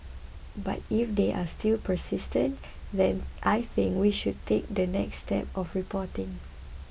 but if they are still persistent then I think we should take the next step of reporting